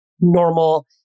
normal